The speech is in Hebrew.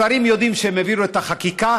השרים יודעים שהם העבירו את החקיקה,